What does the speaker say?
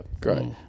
great